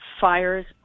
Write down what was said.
Fires